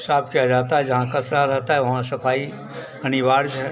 साफ किया जाता है जहाँ कचरा रहता है वहाँ सफाई अनिवार्य है